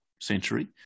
century